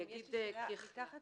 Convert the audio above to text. תחת